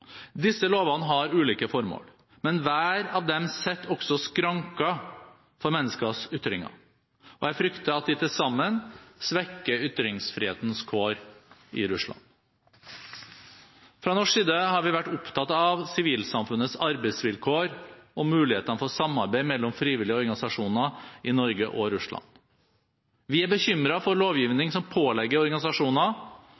Disse lovene har ulike formål. Men hver av dem setter også skranker for menneskers ytringer, og jeg frykter at de til sammen svekker ytringsfrihetens kår i Russland. Fra norsk side har vi vært opptatt av sivilsamfunnets arbeidsvilkår og mulighetene for samarbeid mellom frivillige organisasjoner i Norge og Russland. Vi er bekymret for